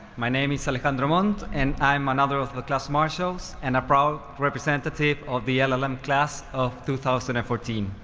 my name is alejandro montt, and i'm another of the class marshals, and a proud representative of the llm class of two thousand and fourteen.